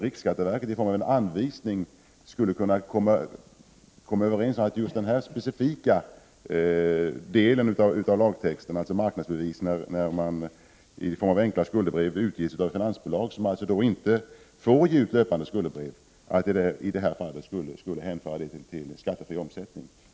Riksskatteverket borde kunna medge att just denna specifika handel med marknadsbevis, enkla skuldebrev som ges ut av finansbolag som alltså inte får ge ut löpande skuldebrev, skulle tillhöra skattefri omsättning.